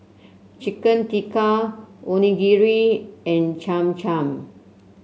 Chicken Tikka Onigiri and Cham Cham